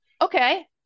Okay